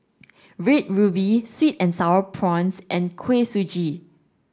red ruby sweet and sour prawns and Kuih Suji